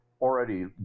already